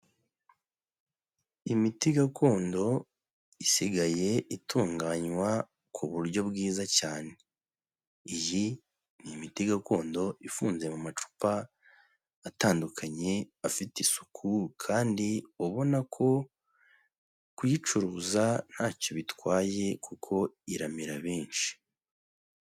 Imiti gakondo isigaye itunganywa ku buryo bwiza cyane, iyi ni imiti gakondo ifunze mu macupa atandukanye afite isuku kandi ubona ko kuyicuruza ntacyo bitwaye kuko iramira benshi.